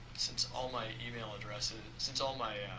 since all my email addresses since all my